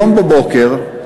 היום בבוקר,